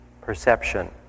perception